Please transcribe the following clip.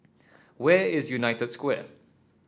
where is United Square